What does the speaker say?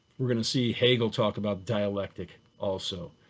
we're going to see hegel talk about dialectic also.